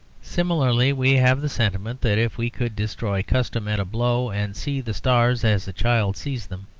similarly, we have the sentiment that if we could destroy custom at a blow and see the stars as a child sees them,